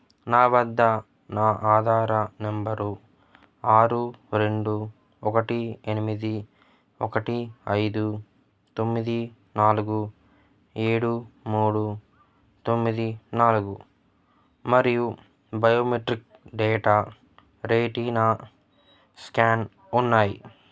నా వద్ద నా ఆధార్ నెంబరు ఆరు రెండు ఒకటి ఎనిమిది ఒకటి ఐదు తొమ్మిది నాలుగు ఏడు మూడు తొమ్మిది నాలుగు మరియు బయోమెట్రిక్ డేటా రేటీనా స్కాన్ ఉన్నాయి